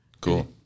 cool